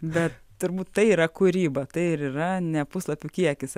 bet turbūt tai yra kūryba tai ir yra ne puslapių kiekis